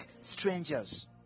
strangers